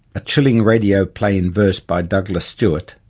a chilling radio play in verse by douglas stewart,